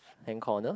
hand corner